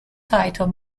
title